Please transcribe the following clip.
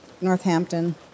Northampton